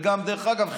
וגם דרך אגב,